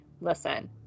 Listen